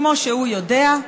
כמו שהוא יודע,